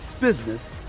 business